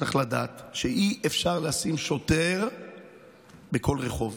צריך לדעת שאי-אפשר לשים שוטר בכל רחוב,